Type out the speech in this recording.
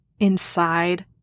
inside